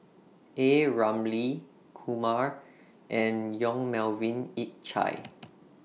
A Ramli Kumar and Yong Melvin Yik Chye